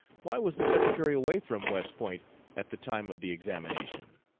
why was the secretary away from west point at the time of the examination.